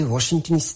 Washington